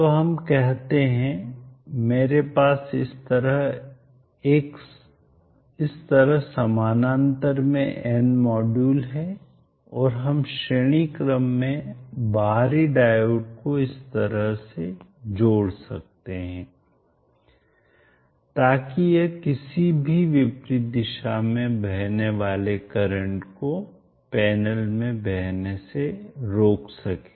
तो हम कहते हैं मेरे पास इस तरह समानांतर में n मॉड्यूल हैं और हम श्रेणी क्रम में बाहरी डायोड को इस तरह से जोड़ सकते हैं ताकि यह किसी भी विपरीत दिशा में बहने वाले करंट को पैनल में बहने से रोक सके